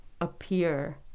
appear